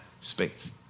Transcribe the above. space